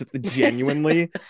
genuinely